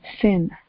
Sin